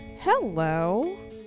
Hello